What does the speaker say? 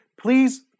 please